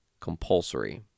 compulsory